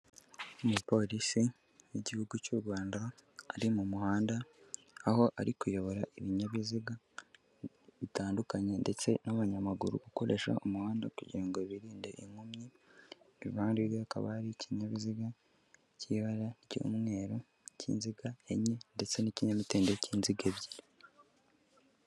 Umupolisi w' igihugu cy'u Rwanda, ari mu muhanda aho ari kuyobora ibinyabiziga bitandukanye ndetse n'abanyamaguru gukoresha umuhanda kugira ngo birinde inkumyi iruhande rwe hakaba hari ikinyabiziga cy'ibara ry'umweru cy'inziga enye ndetse n'ikinyamitende cy'inziga ebyiri.